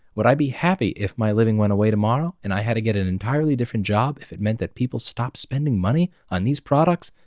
would i be happy if my living went away tomorrow, and i had to get an entirely different job if it meant that people stopped spending money on these products?